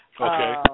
Okay